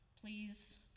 please